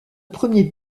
premier